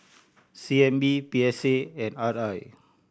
C N B P S A and R I